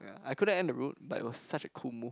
ya I couldn't end the route but it was such a cool move